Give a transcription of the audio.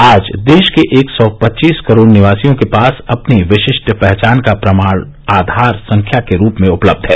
आज देश के एक सौ पच्चीस करोड निवासियों के पास अपनी विशिष्ट पहचान का प्रमाण आघार संख्या के रूप में उपलब्ध है